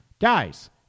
Guys